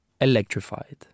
electrified